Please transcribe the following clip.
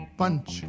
punch